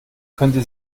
könnte